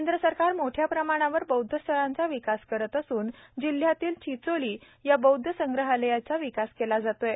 केंद्र सरकार मोठ्याप्रमानावर बौद्ध स्थळाचा विकास करीत असून जिल्ह्यातीलच चिचोली या बौद्ध संग्रहालयाचाही विकास केला जात आहे